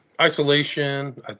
Isolation